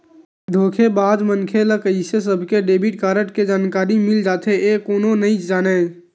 धोखेबाज मनखे ल कइसे सबके डेबिट कारड के जानकारी मिल जाथे ए कोनो नइ जानय